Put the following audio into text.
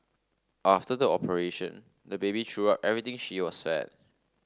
after the operation the baby threw up everything she was fed